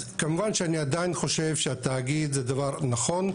אז כמובן שאני עדיין חושב שהתאגיד זה דבר נכון,